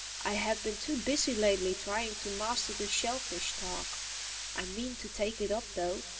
i have been too busy lately trying to master the shellfish-talk. i mean to take it up though.